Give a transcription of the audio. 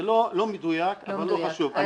זה לא מדויק, אבל לא חשוב.